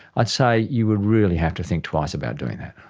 i'd say you would really have to think twice about doing that.